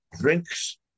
drinks